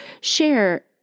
share